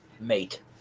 mate